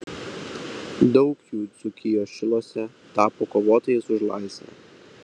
daug jų dzūkijos šiluose tapo kovotojais už laisvę